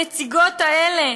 הנציגות האלה,